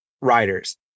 riders